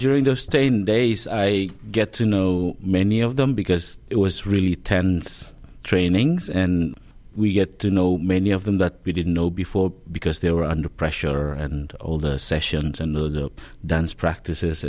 during those ten days i get to know many of them because it was really tense trainings and we get to know many of them that we didn't know before because they were under pressure and all the sessions and the dance practices